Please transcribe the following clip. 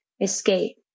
escape